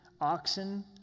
oxen